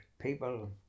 people